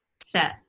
set